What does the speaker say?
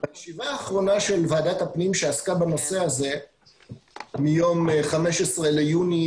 בישיבה האחרונה של ועדת הפנים שעסקה בנושא הזה מיום 15 ביוני